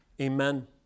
Amen